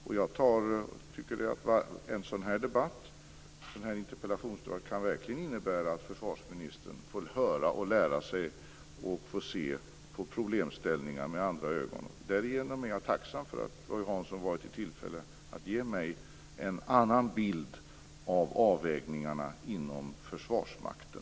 Och en sådan här interpellationsdebatt kan verkligen innebära att försvarsministern får höra och lära sig och får se på problemställningar med andra ögon. Därigenom är jag tacksam för att Roy Hansson varit i tillfälle att ge mig en annan bild av avvägningarna inom Försvarsmakten.